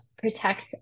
protect